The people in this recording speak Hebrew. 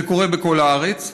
זה קורה בכל הארץ.